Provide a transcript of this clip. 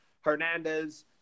Hernandez